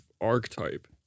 archetype